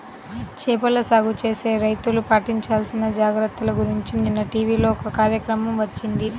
చేపల సాగు చేసే రైతులు పాటించాల్సిన జాగర్తల గురించి నిన్న టీవీలో ఒక కార్యక్రమం వచ్చింది